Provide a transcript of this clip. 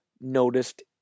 noticed